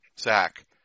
Zach